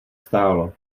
stála